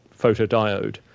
photodiode